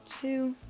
two